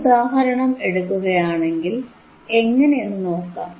ഒരു ഉദാഹരണം എടുക്കുകയാണെങ്കിൽ എങ്ങനയെന്നു നോക്കാം